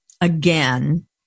again